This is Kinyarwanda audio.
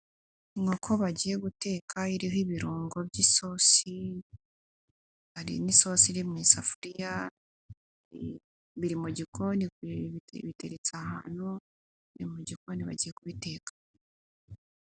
Inkoko bagiye guteka iriho ibirungo by'isosi, hari n'isosi iri mu isafuriya, biri mu gikoni biteretse ahantu, ni mu gikoni bagiye kubiteka.